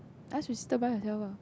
ask your sister buy herself ah